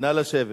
נא לשבת,